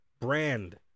brand